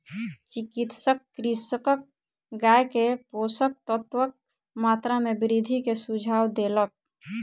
चिकित्सक कृषकक गाय के पोषक तत्वक मात्रा में वृद्धि के सुझाव देलक